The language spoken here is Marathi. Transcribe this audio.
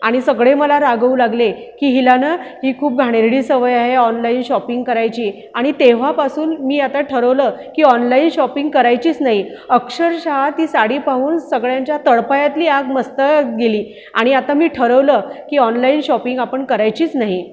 आणि सगळे मला रागवू लागले की हिला ना ही खूप घाणेरडी सवय आहे ऑनलाइन शॉपिंग करायची आणि तेव्हापासून मी आता ठरवलं की ऑनलाइन शॉपिंग करायचीच नाही अक्षरशः ती साडी पाहून सगळ्यांच्या तळपायातली आग मस्तकात गेली आणि आता मी ठरवलं की ऑनलाइन शॉपिंग आपण करायचीच नाही